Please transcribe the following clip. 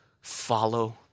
follow